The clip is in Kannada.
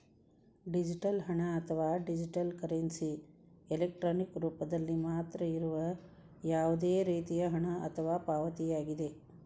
ಡಿಜಿಟಲ್ ಹಣ, ಅಥವಾ ಡಿಜಿಟಲ್ ಕರೆನ್ಸಿ, ಎಲೆಕ್ಟ್ರಾನಿಕ್ ರೂಪದಲ್ಲಿ ಮಾತ್ರ ಇರುವ ಯಾವುದೇ ರೇತಿಯ ಹಣ ಅಥವಾ ಪಾವತಿಯಾಗಿದೆ